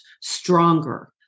stronger